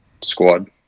squad